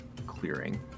clearing